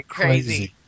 crazy